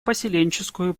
поселенческую